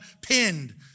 pinned